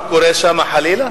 משהו קורה שם, חלילה?